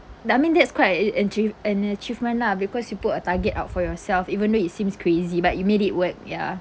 I mean that's quite an achieve an achievement lah because you put a target out for yourself even though it seems crazy but you made it work ya